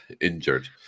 injured